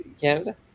Canada